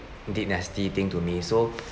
did nasty thing to me so